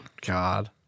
God